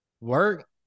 Work